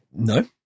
No